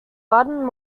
latin